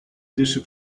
dyszy